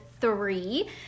three